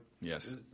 yes